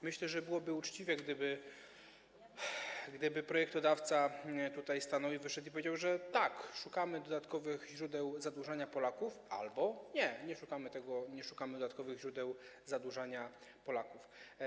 Myślę, że byłoby uczciwie, gdyby projektodawca tutaj stanął, wyszedł i powiedział: tak, szukamy dodatkowych źródeł zadłużania Polaków, albo: nie, nie szukamy tego, nie szukamy dodatkowych źródeł zadłużania Polaków.